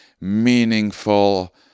meaningful